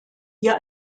hier